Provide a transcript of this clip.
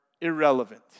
irrelevant